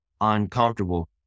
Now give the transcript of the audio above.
uncomfortable